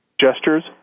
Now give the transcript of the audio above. gestures